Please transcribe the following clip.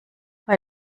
bei